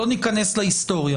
לא ניכנס להיסטוריה